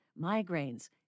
migraines